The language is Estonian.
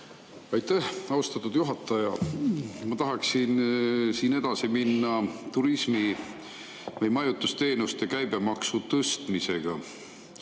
Aitäh, austatud juhataja! Ma tahaksin edasi minna turismi või majutusteenuste käibemaksu tõstmisega.